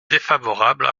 défavorable